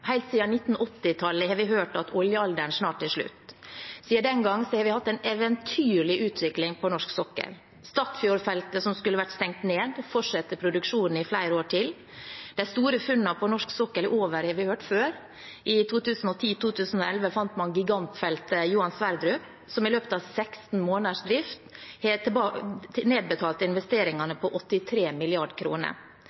Helt siden 1980-tallet har vi hørt at oljealderen snart er slutt. Siden den gang har vi hatt en eventyrlig utvikling på norsk sokkel. Statfjordfeltet, som skulle vært stengt ned, har fortsatt produksjonen i flere år til. «De store funnene på norsk sokkel er over», har vi hørt før. I 2011 fant man gigantfeltet Johan Sverdrup, som i løpet av 16 måneders drift nedbetalte investeringene på 83 mrd. kr. Verden kommer til